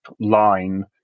line